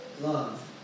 love